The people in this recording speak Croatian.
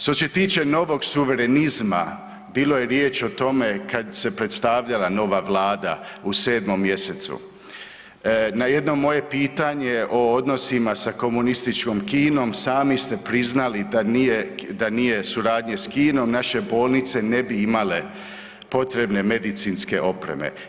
Što se tiče novog suverenizma, bilo je riječ o tome kad se predstavljala nova vlada u 7. mjesecu, na jedno moje pitanje o odnosima sa komunističkom Kinom sami ste priznali da nije, da nije suradnje s Kinom naše bolnice ne bi imale potrebne medicinske opreme.